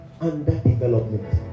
underdevelopment